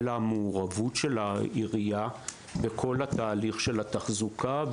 אלא במעורבות שלה בכל התהליך של התחזוקה,